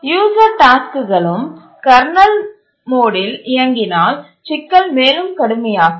user டாஸ்க்குகளும் kernel மோடில் இயங்கினால் சிக்கல் மேலும் கடுமையாகும்